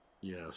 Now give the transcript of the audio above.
Yes